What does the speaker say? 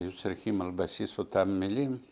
‫היו צריכים על בסיס אותם מילים.